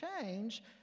change